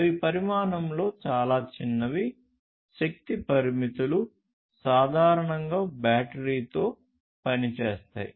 అవి పరిమాణంలో చాలా చిన్నవి శక్తి పరిమితులు సాధారణంగా బ్యాటరీతో పనిచేస్తాయి